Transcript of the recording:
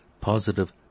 positive